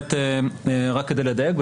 רק כדי לדייק,